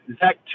Zach